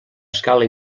escala